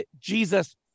Jesus